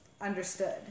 understood